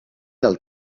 del